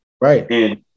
Right